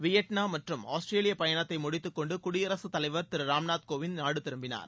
Vietnam மற்றும் ஆஸ்திரேலிய பயணத்தை முடித்துக்கொண்டு குடியரசு தலைவர் திரு ராம்நாத் கோவிந்த் நாடு திரும்பினார்